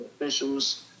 officials